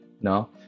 no